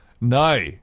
no